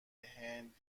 هند